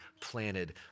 planted